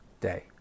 day